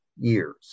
years